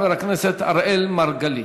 חבר הכנסת אראל מרגלית.